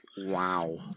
Wow